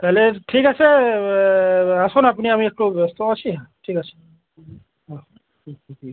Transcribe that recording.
তালে ঠিক আছে আসুন আপনি আমি একটু ব্যস্ত আছি ঠিক আছে হুম হুম হুম হুম